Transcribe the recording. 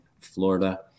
Florida